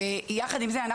ויחד עם זה,